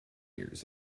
years